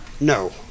No